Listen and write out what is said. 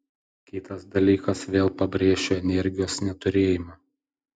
kitas dalykas vėl pabrėšiu energijos neturėjimą